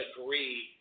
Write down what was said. agree